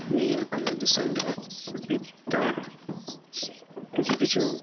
ᱱᱤᱭᱟᱹ ᱟᱞᱮ ᱫᱤᱥᱚᱢ ᱨᱮᱭᱟᱜ ᱥᱩᱵᱤᱫᱟ ᱠᱤᱪᱷᱩ ᱠᱤᱪᱷᱩ